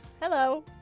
Hello